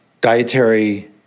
dietary